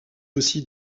aussi